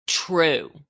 True